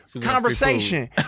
conversation